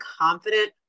confident